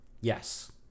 Yes